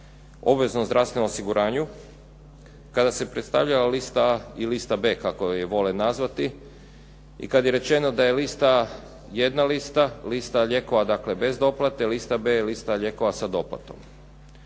obveznom zdravstvenom osiguranju, kada se predstavljala lista a i lista b, kako je vole nazvati i kad je rečeno da je lista a, jedna lista, lista lijekova dakle bez doplate, lista b je lista lijekova sa doplatom.